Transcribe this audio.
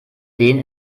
den